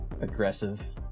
aggressive